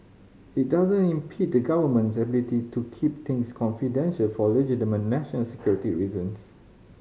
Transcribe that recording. it doesn't impede the Government's ability to keep things confidential for legitimate national security reasons